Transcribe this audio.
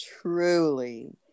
Truly